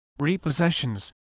repossessions